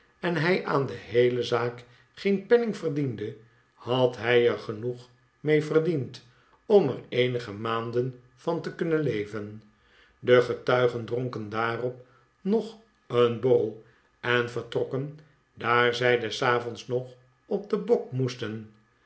en hij aan de heele zaak geen penning verdiende had hij er genoeg mee verdiend om er eenige maanden van te kunnen leven de getuigen dronken daarop nog een borrel en vertrokken daar zij des avonds nog bp den bok moesten